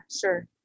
sure